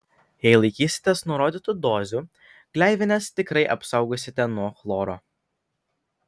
jei laikysitės nurodytų dozių gleivines tikrai apsaugosite nuo chloro